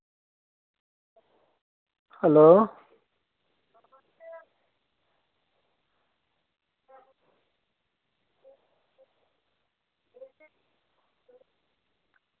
hello